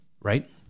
right